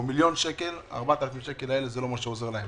או מיליון שקל ה-4,000 השקל האלה לא עוזרים להם.